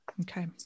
Okay